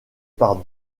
par